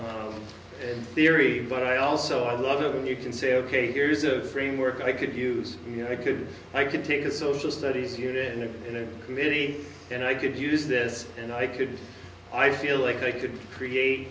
ideas in theory but i also i love it when you can say ok here's a framework i could use you know i could i could take a social studies unit in a in a committee and i could use this and i could i feel like they could create